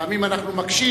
פעמים אנחנו מקשים,